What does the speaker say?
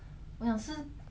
dim sum ah